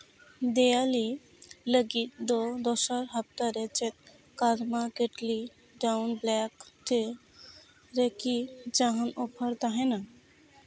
ᱫᱤᱭᱟᱹᱞᱤ ᱞᱟᱹᱜᱤᱫ ᱫᱚ ᱫᱚᱥᱟᱨ ᱦᱟᱯᱛᱟ ᱨᱮ ᱪᱮᱫ ᱠᱟᱨᱢᱟ ᱠᱮᱴᱞᱤ ᱰᱟᱣᱩᱱ ᱵᱞᱮᱠ ᱴᱤ ᱨᱮᱠᱤ ᱡᱟᱦᱟᱱ ᱚᱯᱷᱟᱨ ᱛᱟᱦᱮᱱᱟ